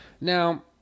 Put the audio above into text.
now